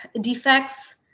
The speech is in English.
defects